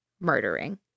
murdering